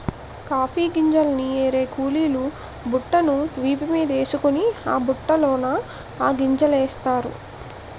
coffee గింజల్ని ఏరే కూలీలు బుట్టను వీపు మీదేసుకొని ఆ బుట్టలోన ఆ గింజలనేస్తారు